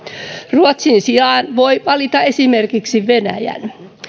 ruotsin sijaan voi valita esimerkiksi venäjän